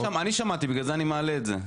אני שמעתי ולכן אני מעלה את זה.